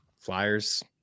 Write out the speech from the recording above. Flyers